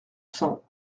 cents